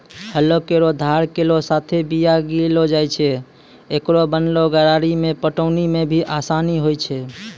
हलो केरो धार केरो साथें बीया गिरैलो जाय छै, एकरो बनलो गरारी सें पटौनी म भी आसानी होय छै?